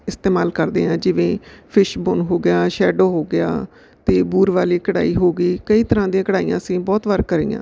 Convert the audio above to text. ਇਸਤੇਮਾਲ ਕਰਦੇ ਹਾਂ ਜਿਵੇਂ ਫਿਸ਼ ਬੋਨ ਹੋ ਗਿਆ ਸ਼ੈਡੋ ਹੋ ਗਿਆ ਅਤੇ ਬੂਰ ਵਾਲੀ ਕਢਾਈ ਹੋ ਗਈ ਕਈ ਤਰ੍ਹਾਂ ਦੀਆਂ ਕਢਾਈਆਂ ਸੀ ਬਹੁਤ ਵਾਰ ਕਰੀਆਂ